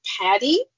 Patty